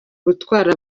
gutwara